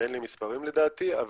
אין לי מספרים לדעתי.